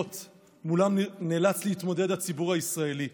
שבהן נאלץ להתמודד הציבור הישראלי: